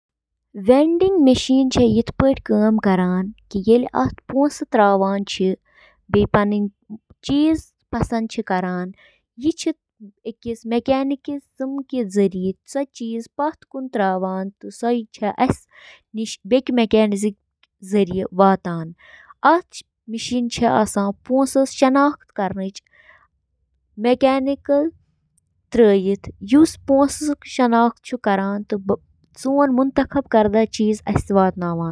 Oven چھِ اکھ بند جاے یۄس گرم ماحولس سۭتۍ انٛدۍ پٔکۍ کھٮ۪ن رننہٕ خٲطرٕ گرمی ہُنٛد استعمال چھِ کران۔ اوون چُھ کھین پکنہٕ تہٕ نمی ہٹاونہٕ خٲطرٕ مُنٲسِب درجہ حرارت، نمی تہٕ گرمی ہُنٛد بہاؤ تہِ برقرار تھاوان۔